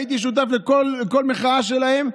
הייתי שותף לכל המחאה שלהם,